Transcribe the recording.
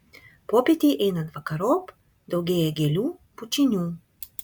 popietei einant vakarop daugėja gėlių bučinių